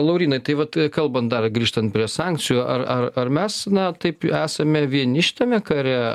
laurynai tai vat kalbant dar grįžtant prie sankcijų ar ar ar mes na taip esame vieni šitame kare